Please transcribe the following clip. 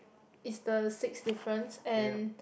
it's the sixth difference and